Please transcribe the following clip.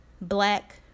black